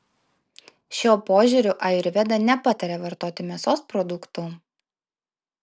šiuo požiūriu ajurveda nepataria vartoti mėsos produktų